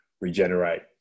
regenerate